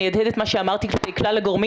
אני אהדהד את מה שאמרתי לכלל הגורמים